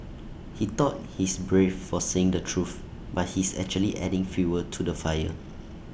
he thought he's brave for saying the truth but he's actually adding fuel to the fire